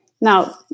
Now